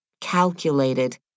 calculated